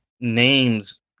names